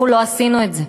אנחנו לא עשינו את זה,